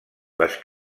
les